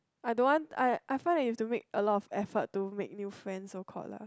I don't want I I find that you have to make a lot of effort to make new friends so called lah